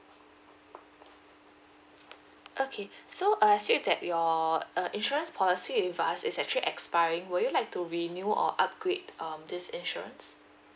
okay so I see that your uh insurance policy with us is actually expiring would you like to renew or upgrade um this insurance